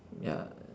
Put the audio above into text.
ya